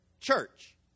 church